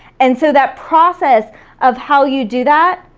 and so that process of how you do that,